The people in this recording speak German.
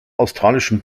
australischen